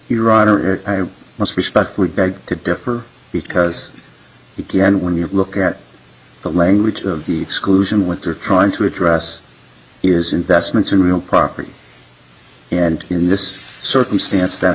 honor i must respectfully beg to differ because again when you look at the language of exclusion what they're trying to address is investments in real property and in this circumstance that's